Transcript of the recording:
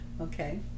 Okay